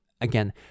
again